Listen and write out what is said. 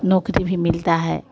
नौकरी भी मिलता है